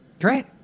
Great